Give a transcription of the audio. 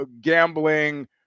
gambling